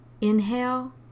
Inhale